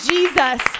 Jesus